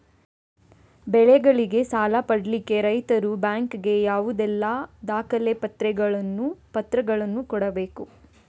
ಬೆಳೆಗಳಿಗೆ ಸಾಲ ಪಡಿಲಿಕ್ಕೆ ರೈತರು ಬ್ಯಾಂಕ್ ಗೆ ಯಾವುದೆಲ್ಲ ದಾಖಲೆಪತ್ರಗಳನ್ನು ಕೊಡ್ಬೇಕು?